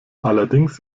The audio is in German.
allerdings